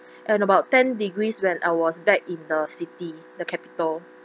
and about ten degrees when I was back in the city the capital